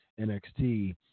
NXT